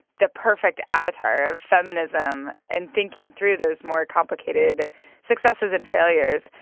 the perfect avatar of feminism, and thinking through those more complicated successes and failures.